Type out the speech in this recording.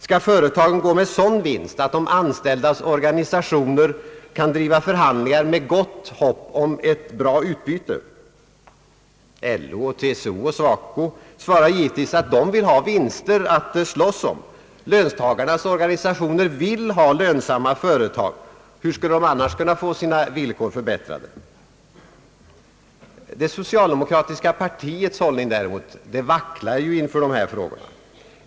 Skall företagen gå med sådan vinst att de anställdas organisationer kan driva förhandlingar med gott hopp om ett bra utbyte? LO, TCO och SACO svarar givetvis att de vill ha vinster att slåss om. Löntagarnas organisationer vill ha lönsamma företag. Hur skulle de annars kunna få sina villkor förbättrade? Det socialdemokratiska partiets hållning vacklar inför sådana frågor.